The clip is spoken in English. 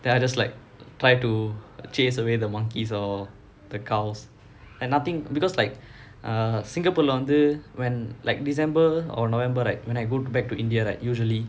then I just like try to chase away the monkeys all the cows and nothing because like ah singapore lah வந்து:vanthu when like december or november right when I go back to india right usually